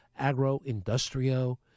AgroIndustrio